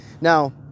Now